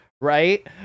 right